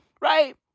right